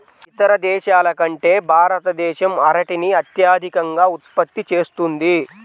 ఇతర దేశాల కంటే భారతదేశం అరటిని అత్యధికంగా ఉత్పత్తి చేస్తుంది